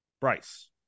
Bryce